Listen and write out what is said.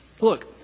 look